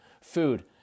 Food